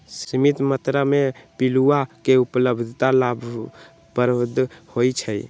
सीमित मत्रा में पिलुआ के उपलब्धता लाभप्रद होइ छइ